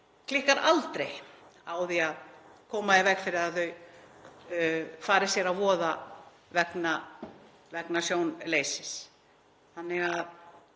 aldrei á því að koma í veg fyrir að þau fari sér að voða vegna sjónleysis.